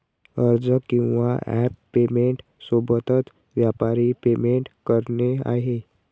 अर्ज किंवा app payment सोबतच, व्यापारी पेमेंट करणे आहे